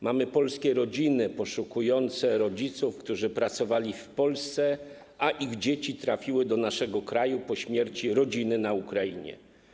Mamy polskie rodziny poszukujące rodziców, którzy pracowali w Polsce, a ich dzieci trafiły do naszego kraju po śmierci rodziny na Ukrainie.